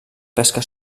pesca